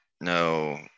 No